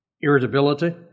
irritability